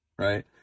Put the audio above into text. right